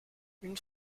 une